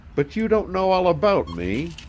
but you don't know all about me.